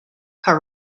her